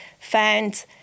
found